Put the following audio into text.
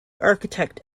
architect